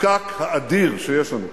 הפקק האדיר שיש לנו כאן,